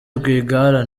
rwigara